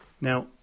Now